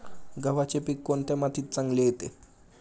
गव्हाचे पीक कोणत्या मातीत चांगले येते?